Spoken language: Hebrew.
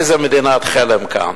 איזה מדינת חלם כאן.